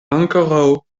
ankoraŭ